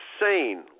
insane